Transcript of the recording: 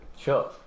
Sure